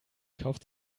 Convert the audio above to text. kauft